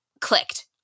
clicked